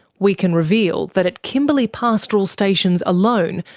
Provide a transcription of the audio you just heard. we can reveal that at kimberley pastoral stations alone,